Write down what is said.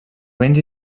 went